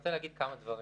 רוצה לומר כמה דברים.